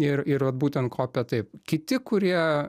ir ir vat būtent kopė taip kiti kurie